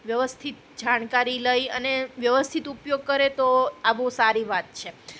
વ્યવસ્થિત જાણકારી લઈ અને વ્યવસ્થિત ઉપયોગ કરે તો આ બહુ સારી વાત છે